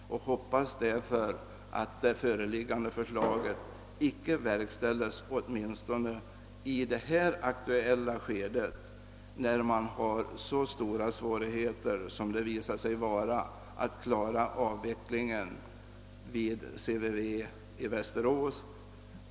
Jag hoppas därför att det föreliggande förslaget icke verkställes åtminstone i det här aktuella skedet när det visat sig vara så stora svårigheter att klara avvecklingen inom CVV i Västerås.